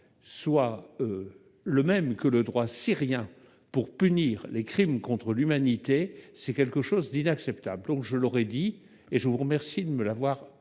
soit le même que le droit syrien pour punir les crimes contre l'humanité, c'est quelque chose d'inacceptable, je leur ai dit et je vous remercie de me l'avoir